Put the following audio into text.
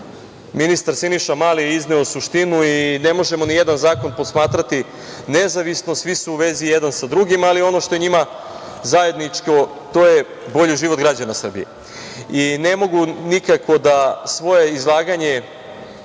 ministar Siniša Mali izneo suštinu i ne može ni jedan zakon posmatrati nezavisno, svi su u vezi jedan sa drugim, ali ono što je njima zajedničko to je bolji život građana Srbije. Ne mogu nikako da svoje izlaganje